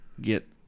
get